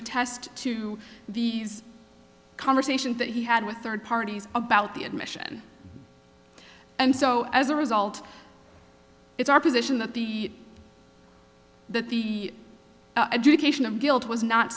attest to the conversations that he had with third parties about the admission and so as a result it's our position that the that the education of guilt was not